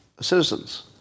citizens